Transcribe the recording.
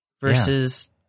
versus